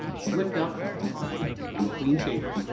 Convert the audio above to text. slicked up and clean-shaven.